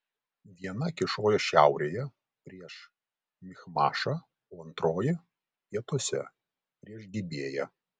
viena kyšojo šiaurėje prieš michmašą o antroji pietuose prieš gibėją